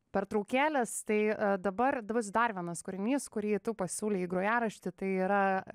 pertraukėlės tai dabar bus dar vienas kūrinys kurį tu pasiūlei į grojaraštį tai yra